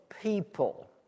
people